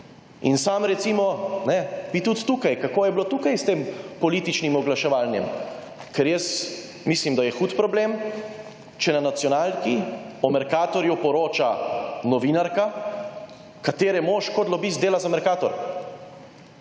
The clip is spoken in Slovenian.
In sam, recimo, bi tudi tukaj… kako je bilo s tem političnim oglaševanjem, ker jaz mislim, da je hud problem, če na nacionalki o Mercatorju poroča novinarka, katere mož kot lobist dela za Mercator.